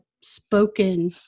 spoken